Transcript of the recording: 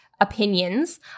opinions